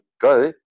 go